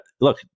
Look